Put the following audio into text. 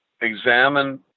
examine